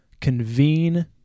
convene